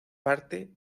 parte